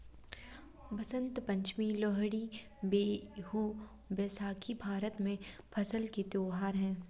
बसंत पंचमी, लोहड़ी, बिहू, बैसाखी भारत में फसल के त्योहार हैं